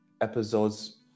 episodes